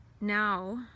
now